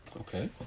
Okay